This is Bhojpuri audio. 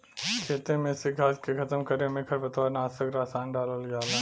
खेते में से घास के खतम करे में खरपतवार नाशक रसायन डालल जाला